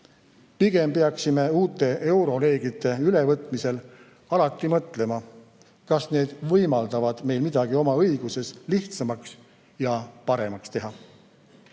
Pigem peaksime uute euroreeglite ülevõtmisel alati mõtlema, kas need võimaldavad meil midagi oma õiguses lihtsamaks ja paremaks teha.